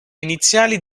iniziali